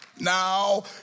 Now